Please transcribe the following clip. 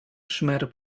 szmer